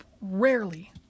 rarely